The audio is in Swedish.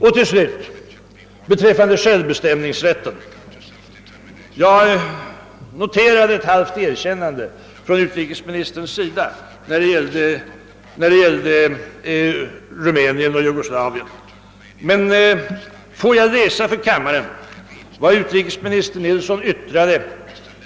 Beträffande folkens självbestämmanderätt noterar jag till slut ett halvt erkännande från utrikesministern när det gäller Rumänien och Jugoslavien. Jag vill dock för kammarens ledamöter läsa upp vad utrikesminister Nilsson yttrade i ett